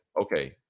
okay